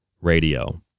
radio